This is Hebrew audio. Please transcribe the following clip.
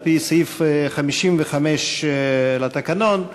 על-פי סעיף 55 לתקנון,